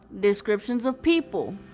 descriptions of people,